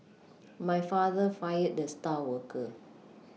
my father fired the star worker